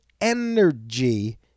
energy